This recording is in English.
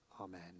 Amen